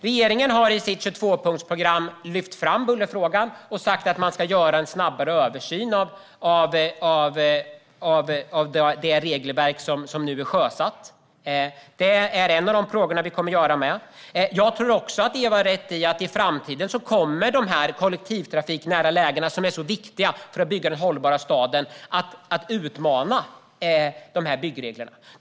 Regeringen har i sitt 22-punktsprogram lyft fram bullerfrågan och sagt att det ska göras en snabbare översyn av det regelverk som nu är sjösatt. Det är en av de frågor som vi kommer att hantera. Jag tror också att Ewa har rätt i att i framtiden kommer de kollektivtrafiknära lägena som är viktiga för att bygga den hållbara staden att utmana byggreglerna.